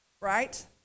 right